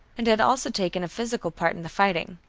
and had also taken a physical part in the fighting.